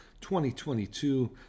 2022